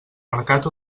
mercat